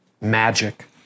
magic